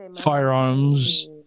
firearms